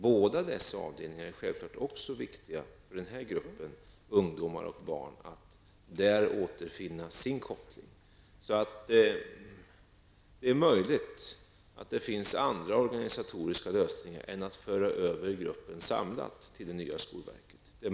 Båda dessa avdelningar är självfallet också viktiga för att den här gruppen barn och ungdomar där skall kunna återfinna sin koppling. Det är möjligt att det finns andra organisatoriska lösningar än att föra över gruppen samlad till det nya skolverket.